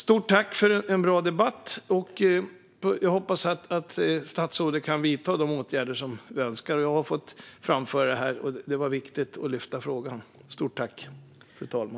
Stort tack för en bra debatt! Jag hoppas att statsrådet kan vidta de åtgärder som vi önskar. Det var viktigt att få lyfta fram denna fråga.